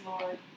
Lord